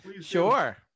Sure